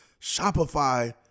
Shopify